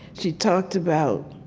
she talked about